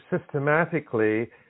systematically